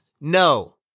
No